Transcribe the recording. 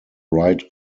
right